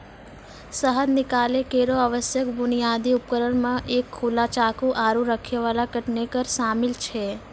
शहद निकालै केरो आवश्यक बुनियादी उपकरण म एक खुला चाकू, आरु रखै वाला कंटेनर शामिल छै